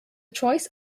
choice